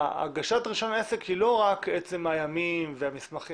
הגשת רישיון עסק היא לא רק עצם הימים והמסמכים